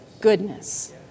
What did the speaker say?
goodness